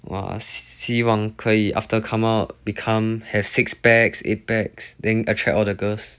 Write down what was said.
!wah! 希望可以 after come out become have six packs eight packs then attract all the girls